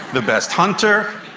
the best hunter,